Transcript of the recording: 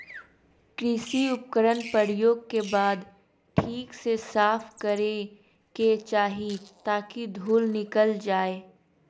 कृषि उपकरण प्रयोग के बाद ठीक से साफ करै के चाही ताकि धुल निकल जाय